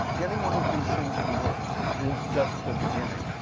getting one of these things to work is just the beginning.